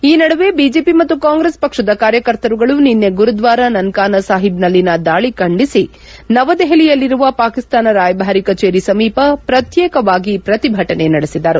ಈ ನಡುವೆ ಬಿಜೆಪಿ ಮತ್ತು ಕಾಂಗ್ರೆಸ್ ಪಕ್ಷದ ಕಾರ್ಯಕರ್ತರುಗಳು ನಿನ್ನೆ ಗುರುದ್ವಾರ ನನ್ಕಾನಾ ಸಾಹೀಬ್ನಲ್ಲಿನ ದಾಳಿ ಖಂಡಿಸಿ ನವದೆಹಲಿಯಲ್ಲಿರುವ ಪಾಕಿಸ್ತಾನ ರಾಯಭಾರಿ ಕಚೇರಿ ಸಮೀಪ ಪ್ರತ್ಯೇಕವಾಗಿ ಪ್ರತಿಭಟನೆ ನಡೆಸಿದರು